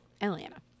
Atlanta